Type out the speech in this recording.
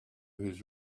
his